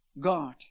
God